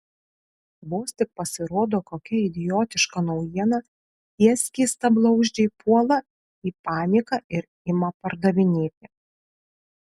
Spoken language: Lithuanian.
vos tik pasirodo kokia idiotiška naujiena tie skystablauzdžiai puola į paniką ir ima pardavinėti